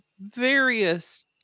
various